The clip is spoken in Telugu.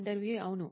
ఇంటర్వ్యూఈ అవును